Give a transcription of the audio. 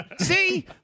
See